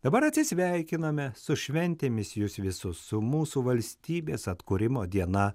dabar atsisveikiname su šventėmis jus visus su mūsų valstybės atkūrimo diena